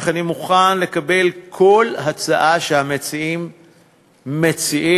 אך אני מוכן לקבל כל הצעה שהמציעים מציעים.